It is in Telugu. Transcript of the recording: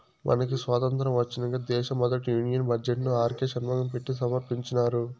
మనకి సాతంత్రం ఒచ్చినంక దేశ మొదటి యూనియన్ బడ్జెట్ ను ఆర్కే షన్మగం పెట్టి సమర్పించినారు